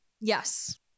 Yes